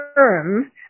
term